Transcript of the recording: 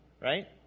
Right